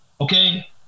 Okay